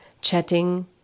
chatting